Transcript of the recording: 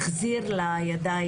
הוא החזיר לידי